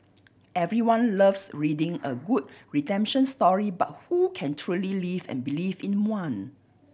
everyone loves reading a good redemption story but who can truly live and believe in one